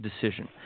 decision